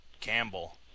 Campbell